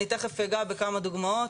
אני תיכף אגע בכמה דוגמאות,